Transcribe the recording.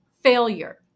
failure